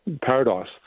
paradise